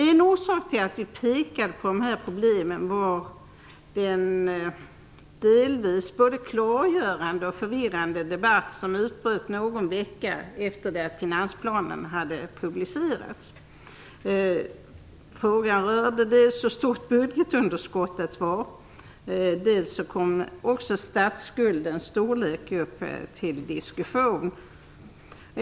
En orsak till att vi pekar på de här problemen är den delvis både klargörande och förvirrande debatt som utbröt någon vecka efter det att finansplanen hade publicerats. Frågan rörde budgetunderskottets storlek. Också statsskuldens storlek kom upp till diskussion.